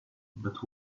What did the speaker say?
but